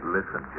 Listen